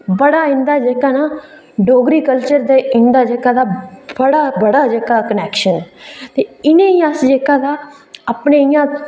बड़ा इं'दा जेह्का न डोगरी कल्चर कन्नै इंदा जेह्का न बड़ा बड़ा जेह्का कनैक्शन ऐ ते इ'नें गी अस जेह्का न अपने अस न